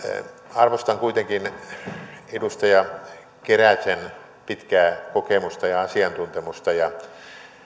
arvostan kuitenkin edustaja keräsen pitkää kokemusta ja asiantuntemusta ja